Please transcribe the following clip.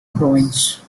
province